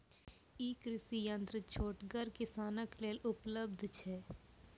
ई कृषि यंत्र छोटगर किसानक लेल उपलव्ध छै?